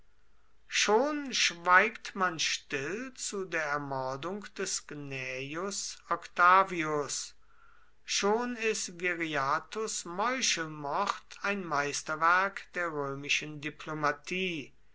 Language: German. schon schweigt man still zu der ermordung des gnaeus octavius schon ist viriathus meuchelmord ein meisterwerk der römischen diplomatie